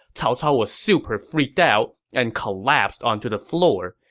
cao cao was super freaked out and collapsed onto the floor.